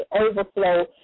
overflow